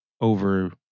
over